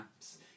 apps